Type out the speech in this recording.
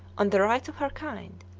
on the rights of her kind.